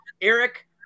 Eric